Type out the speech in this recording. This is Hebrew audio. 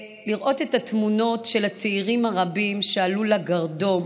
לראות את התמונות של הצעירים הרבים שעלו לגרדום